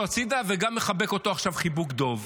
הצידה וגם מחבק אותו עכשיו חיבוק דוב.